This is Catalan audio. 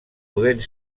podent